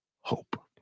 hope